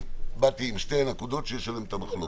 באתי עם שתי נקודות שיש עליהן מחלוקת,